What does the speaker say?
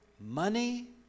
money